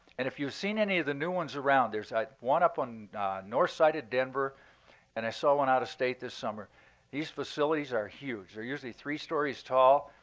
and if you've seen any of the new ones around there's one up on north side at denver and i saw one out of state this summer these facilities are huge. they're usually three stories tall,